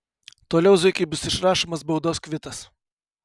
toliau zuikiui bus išrašomas baudos kvitas